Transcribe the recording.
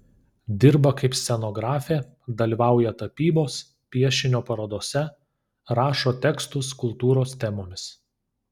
dirba kaip scenografė dalyvauja tapybos piešinio parodose rašo tekstus kultūros temomis